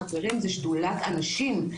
חברים זה שדולת הנשים,